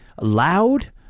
loud